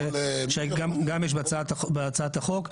שגם יש בהצעת החוק,